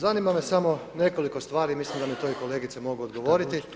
Zanima me samo nekoliko stvari, mislim da mi to i kolegice mogu odgovoriti.